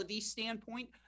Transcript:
standpoint